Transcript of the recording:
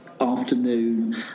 afternoon